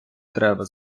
треба